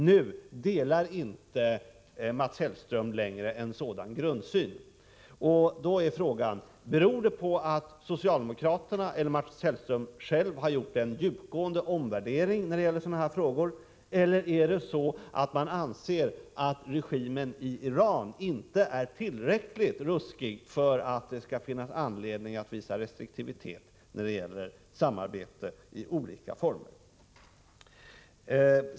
Nu delar Mats Hellström inte längre en sådan grundsyn, och då är frågan: Beror det på att socialdemokraterna eller Mats Hellström själv har gjort en djupgående omvärdering i sådana här frågor eller anser man att regimen i Iran inte är tillräckligt ruskig för att det skall finnas anledning att visa restriktivitet i fråga om samarbete i olika former?